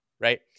right